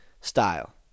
style